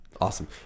Awesome